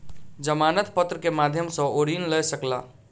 जमानत पत्र के माध्यम सॅ ओ ऋण लय सकला